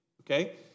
okay